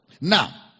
Now